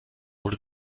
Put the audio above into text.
wurde